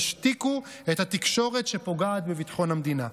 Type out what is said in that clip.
תשתיקו את התקשורת שפוגעת בביטחון המדינה.